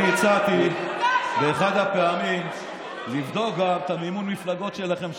אני הצעתי באחת הפעמים לבדוק גם את מימון המפלגות שלכם,